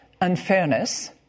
unfairness